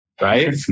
Right